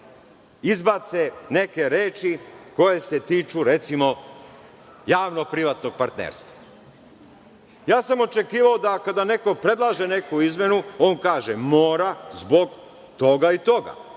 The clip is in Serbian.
izbace neke reči koje se tiču, recimo, javno-privatnog partnerstva? Očekivao sam da kada neko predlaže neku izmenu, on kaže – mora zbog toga i toga.